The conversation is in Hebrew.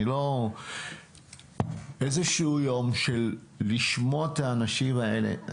אני מציע שיתקיים איזשהו יום לשמוע את האנשים האלה,